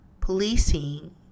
policing